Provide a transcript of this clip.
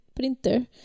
printer